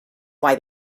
why